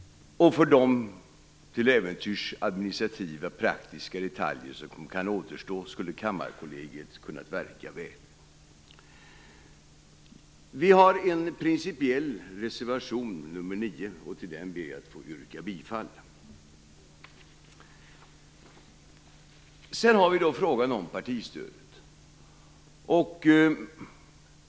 För de administrativa och praktiska detaljer som till äventyrs kan återstå skulle Kammarkollegiet kunna verka väl. Vi har en principiell reservation, nr 9, och till den ber jag att få yrka bifall. Sedan har vi frågan om partistödet.